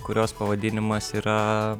kurios pavadinimas yra